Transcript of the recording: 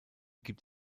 gibt